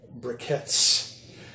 briquettes